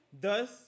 Thus